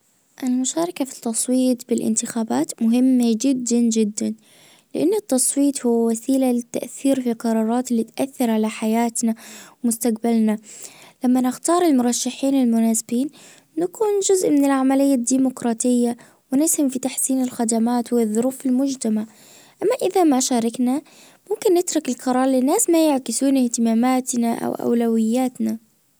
المشاركة في التصويت بالانتخابات مهمة جدا جدا. لان التصويت هو وسيلة للتأثير في القرارات اللي تأثر على حياتنا ومستجبلنا. لما نختار المرشحين المناسبين نكون جزء من العملية الديموقراطية. ونسهم في تحسين الخدمات والظروف المجتمع أما اذا ما شاركنا ممكن نترك القرار لناس ما يعكسون اهتماماتنا او اولوياتنا